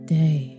day